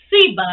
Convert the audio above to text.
Seba